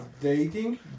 dating